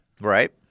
Right